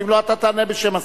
אם לא, אתה תענה בשם השר.